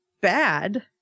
bad